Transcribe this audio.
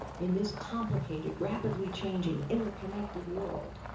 in this complicated, rapidly changing, interconnected world,